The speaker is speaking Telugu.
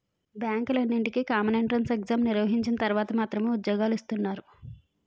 బ్యాంకులన్నింటికీ కామన్ ఎంట్రెన్స్ ఎగ్జామ్ నిర్వహించిన తర్వాత మాత్రమే ఉద్యోగాలు ఇస్తున్నారు